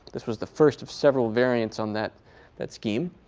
this was the first of several variants on that that scheme.